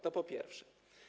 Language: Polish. To po pierwsze.